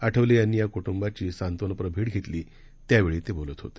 आठवलेयांनीयाकुटुंबाचीसांत्वनपरभेटघेतली त्यावेळीतेबोलतहोते